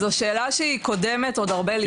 זו שאלה שהיא קודמת עוד הרבה לפני.